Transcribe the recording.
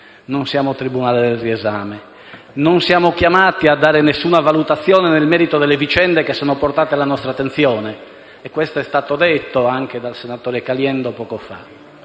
non siamo il tribunale del riesame, non siamo chiamati a dare alcuna valutazione nel merito delle vicende che sono portate alla nostra attenzione e questo è stato detto anche dal senatore Caliendo poco fa.